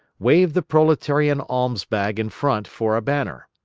waved the proletarian alms-bag in front for a banner.